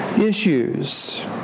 issues